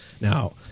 Now